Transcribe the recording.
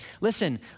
Listen